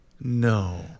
No